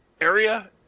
area